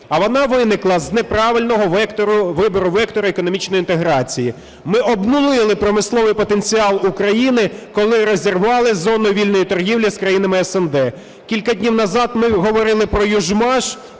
А вона виникла з неправильного вектору, вибору вектора економічної інтеграції. Ми обнулили промисловий потенціал України, коли розірвали зону вільної торгівлі з країнами СНД. Кілька днів назад ми говорили про "Южмаш",